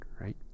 right